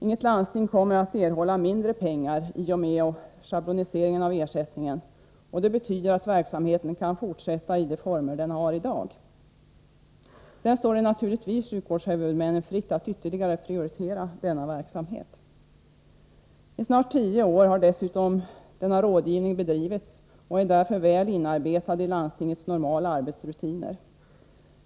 Inget landsting kommer att erhålla mindre anslag i och med schabloniseringen av ersättningen, och det betyder att verksamheten kan fortsätta i de former den har i dag. Sedan står det naturligtvis sjukvårdshuvudmännen fritt att ytterligare prioritera denna verksamhet. Denna rådgivning har dessutom bedrivits i snart 10 år, och den är därför väl inarbetad i landstingets normala arbetsrutiner.